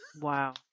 Wow